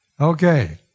Okay